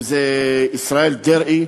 אם זה ישראל דרעי,